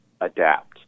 adapt